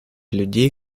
людей